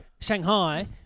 Shanghai